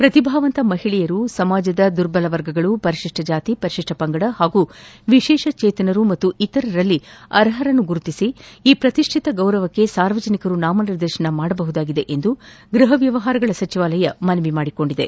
ಪ್ರತಿಭಾವಂತ ಮಹಿಳೆಯರು ಸಮಾಜದ ದುರ್ಬಲ ವರ್ಗಗಳು ಪರಿಶಿಷ್ನ ಜಾತಿ ಪರಿಶಿಷ್ನ ಪಂಗಡ ಹಾಗೂ ವಿಶೇಷಚೇತನರು ಮತ್ತು ಇತರರಲ್ಲಿ ಅರ್ಹರನ್ನು ಗುರುತಿಸಿ ಈ ಪ್ರತಿಷ್ಠಿತ ಗೌರವಕ್ಕೆ ಸಾರ್ವಜನಿಕರು ನಾಮ ನಿರ್ದೇಶನ ಮಾಡಬಹುದಾಗಿದೆ ಎಂದು ಗೃಹ ವ್ಯವಹಾರಗಳ ಸಚಿವಾಲಯ ಮನವಿ ಮಾಡಿದೆ